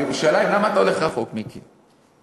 בירושלים, למה אתה הולך רחוק, מיקי?